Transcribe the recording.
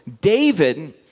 David